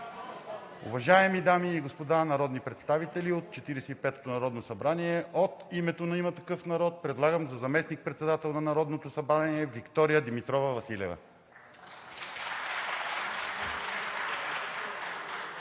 Уважаеми дами и господа народни представители от Четиридесет и петото народно събрание! От името на „Има такъв народ“ предлагам за заместник-председател на Народното събрание Виктория Димитрова Василева.